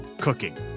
cooking